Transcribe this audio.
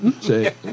Say